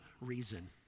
reason